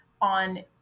on